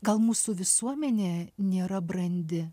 gal mūsų visuomenė nėra brandi